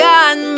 God